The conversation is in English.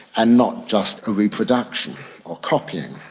and not just a reproduction or copying.